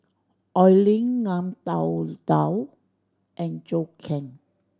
Oi Lin Ngiam Tong Dow and Zhou Can